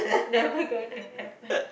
never going to happen